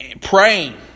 praying